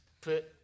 put